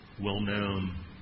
well-known